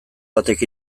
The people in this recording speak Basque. batek